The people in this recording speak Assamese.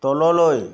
তললৈ